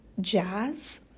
jazz